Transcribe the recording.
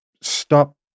stop